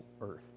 earth